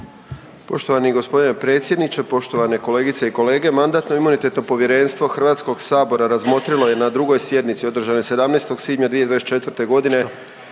Poštovani gospodine predsjedniče, poštovane kolegice i kolege Mandatno-imunitetno povjerenstvo Hrvatskog sabora razmotrilo je na 2. sjednici održanoj 17. svibnja 2024. godine,